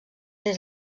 des